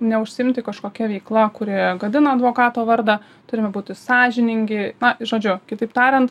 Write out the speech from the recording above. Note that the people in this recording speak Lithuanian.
neužsiimti kažkokia veikla kuri gadina advokato vardą turime būti sąžiningi na žodžiu kitaip tariant